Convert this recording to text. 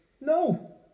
No